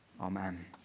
Amen